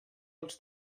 als